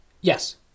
Yes